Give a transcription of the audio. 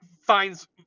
finds